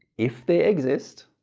if they exist,